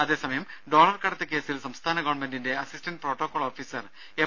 അതേസമയം ഡോളർ കടത്ത് കേസിൽ സംസ്ഥാന ഗവൺമെന്റിന്റെ അസിസ്റ്റന്റ് പ്രോട്ടോകോൾ ഓഫീസർ എം